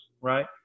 Right